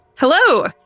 Hello